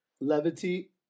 levity